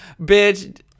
Bitch